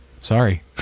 sorry